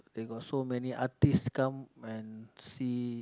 they got so many artists come and see